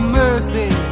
mercy